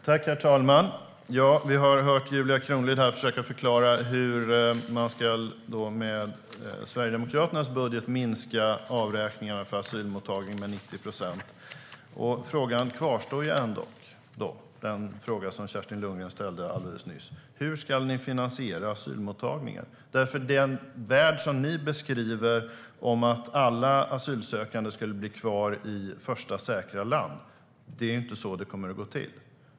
Herr talman! Vi har hört Julia Kronlid försöka förklara hur Sverigedemokraterna i sin budget ska minska avräkningarna för asylmottagning med 90 procent. Frågan som Kerstin Lundgren ställde alldeles nyss kvarstår dock: Hur ska ni finansiera asylmottagningen? Ni beskriver en värld där alla asylsökande skulle bli kvar i första säkra land. Det är inte så det kommer att gå till.